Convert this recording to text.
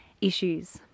issues